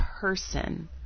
person